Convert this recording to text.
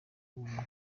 w’ubumwe